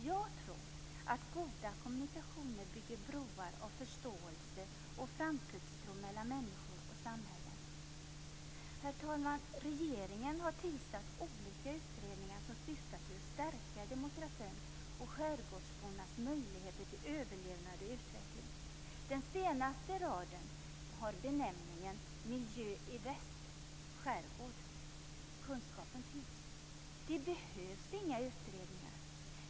Jag tror att goda kommunikationer bygger broar av förståelse och framtidstro mellan människor och samhällen. Herr talman! Regeringen har tillsatt olika utredningar som syftar till att stärka demokratin och skärgårdsbornas möjligheter till överlevnad och utveckling. Den senaste i raden har benämningen Miljö i Men kunskapen finns. Det behövs inga utredningar.